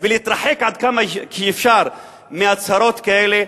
ולהתרחק עד כמה שאפשר מהצהרות כאלה,